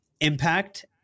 impact